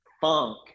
funk